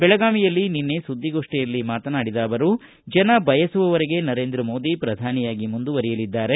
ಬೆಳಗಾವಿಯಲ್ಲಿ ನಿನ್ನೆ ಸುದ್ವಿಗೋಷ್ಠಿಯಲ್ಲಿ ಮಾತನಾಡಿದ ಅವರು ಜನ ಬಯಸುವವರೆಗೆ ನರೇಂದ್ರ ಮೋದಿ ಪ್ರಧಾನಿಯಾಗಿ ಮುಂದುವರಿಯಲಿದ್ದಾರೆ